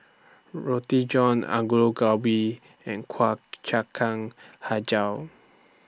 Roti John Gobi and Kuih Hijau